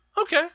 Okay